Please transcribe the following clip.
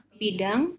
bidang